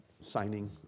signing